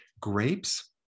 grapes